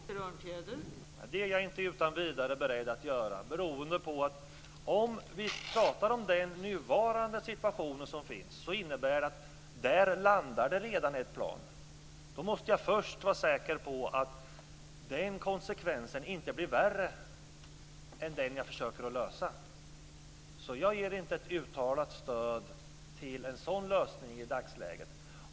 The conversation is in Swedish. Fru talman! Det är jag inte utan vidare beredd att göra. Det beror på, om vi pratar om den nuvarande situationen, att det vid den tiden redan landar plan där. Man måste ju vara säker på att konsekvenserna inte blir värre när man försöker lösa detta problem. Jag ger inte ett uttalat stöd till en sådan lösning i dagsläget.